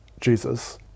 Jesus